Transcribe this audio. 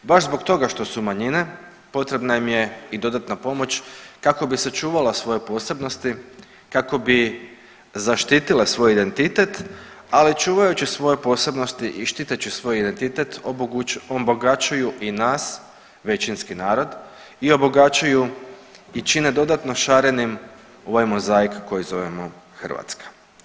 Baš zbog toga što su manjine potrebna im je i dodatna pomoć kako bi sačuvala svoje posebnosti, kako bi zaštitile svoj identitet, ali čuvajući svoje posebnosti i štiteći svoj identitet obogaćuju i nas većinski narod i obogaćuju i šine dodatno šarenim ovaj mozaik koji zovemo Hrvatska.